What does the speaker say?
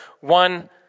one